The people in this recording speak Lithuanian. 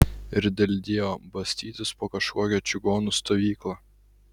ir dėl dievo bastytis po kažkokią čigonų stovyklą